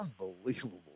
Unbelievable